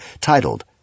titled